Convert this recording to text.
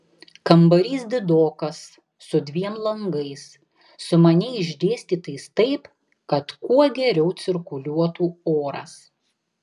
kambarys didokas su dviem langais sumaniai išdėstytais taip kad kuo geriau cirkuliuotų oras